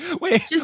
Wait